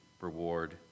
reward